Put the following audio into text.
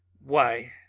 why,